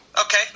okay